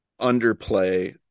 underplay